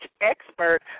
expert